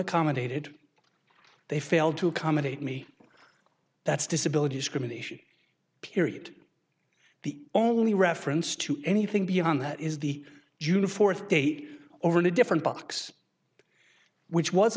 accommodated they failed to accommodate me that's disability discrimination period the only reference to anything beyond that is the june fourth date or in a different box which was